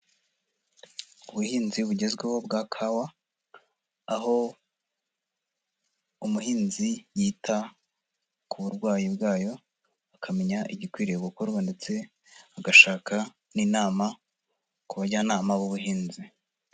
Ubuhinzi bugezweho bwa kawa, aho umuhinzi yita ku burwayi bwayo, akamenya igikwiriye gukorwa ndetse agashaka n'inama ku bajyanama b'ubuhinzi.